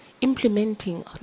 implementing